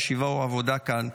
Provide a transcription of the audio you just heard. ישיבה או עבודה כאן.